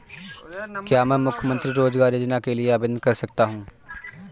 क्या मैं मुख्यमंत्री रोज़गार योजना के लिए आवेदन कर सकता हूँ?